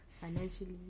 Financially